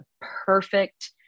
perfect